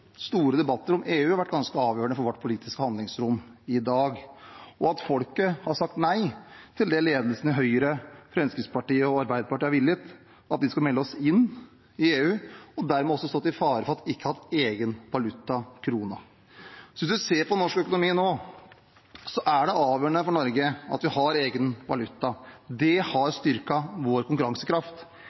store debatter om EU, har vært ganske avgjørende for vårt politiske handlingsrom i dag, også at folket har sagt nei til det ledelsen i Høyre, Fremskrittspartiet og Arbeiderpartiet har villet, at vi skulle melde oss inn i EU, og dermed også har stått i fare for ikke å ha hatt en egen valuta, kronen. Hvis man ser på norsk økonomi nå, er det avgjørende for Norge at vi har en egen valuta. Det har styrket vår konkurransekraft.